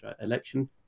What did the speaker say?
election